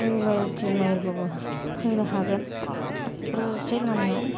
दुइ माइल तिन माइलबाबो फैनो हागोन क'क्राझारसे लामायाव